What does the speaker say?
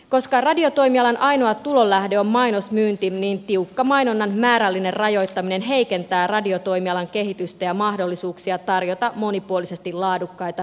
koska radiotoimialan ainoa tulonlähde on mainosmyynti niin tiukka mainonnan määrällinen rajoittaminen heikentää radiotoimialan kehitystä ja mahdollisuuksia tarjota monipuolisesti laadukkaita radiosisältöjä